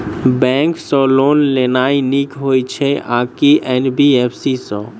Bank सँ loan लेनाय नीक होइ छै आ की एन.बी.एफ.सी सँ?